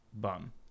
bum